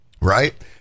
right